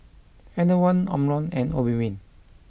Enervon Omron and Obimin